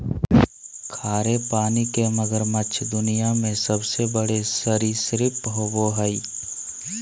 खारे पानी के मगरमच्छ दुनिया में सबसे बड़े सरीसृप होबो हइ